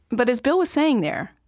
but as bill was saying there.